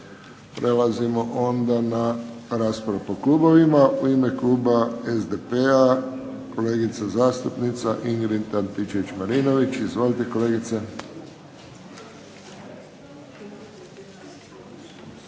Prelazimo onda na raspravu po klubovima. U ime kluba SDP-a kolegica zastupnica Ingrid Antičević-Marinović. Izvolite kolegice.